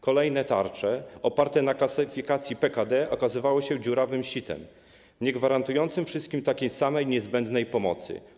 Kolejne tarcze oparte na klasyfikacji PKD okazywały się dziurawym sitem niegwarantującym wszystkim takiej samej niezbędnej pomocy.